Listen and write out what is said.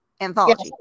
anthology